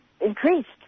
increased